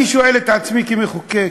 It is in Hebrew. אני שואל את עצמי כמחוקק,